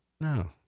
No